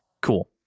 cool